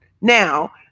Now